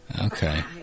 Okay